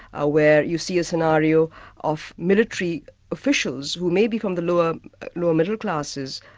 ah where you see a scenario of military officials who maybe from the lower lower middle classes,